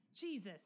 Jesus